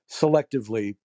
selectively